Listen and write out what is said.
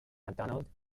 macdonald